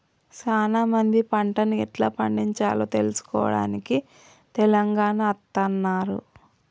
సానా మంది పంటను ఎట్లా పండిచాలో తెలుసుకోవడానికి తెలంగాణ అత్తన్నారు